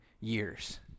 years